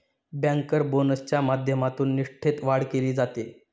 banker बोनसच्या माध्यमातून निष्ठेत वाढ केली जाते